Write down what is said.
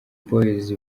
boys